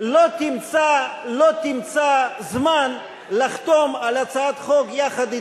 לא תמצא זמן לחתום על הצעת חוק יחד אתכם.